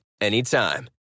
anytime